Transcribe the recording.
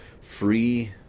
free